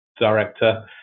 director